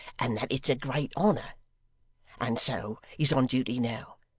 and that it's a great honour and so he's on duty now,